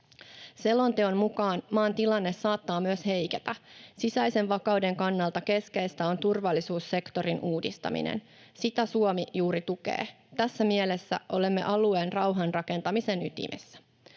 Selonteon mukaan maan tilanne saattaa myös heiketä. Sisäisen vakauden kannalta keskeistä on turvallisuussektorin uudistaminen. Sitä Suomi juuri tukee. Tässä mielessä olemme alueen rauhan rakentamisen ytimessä.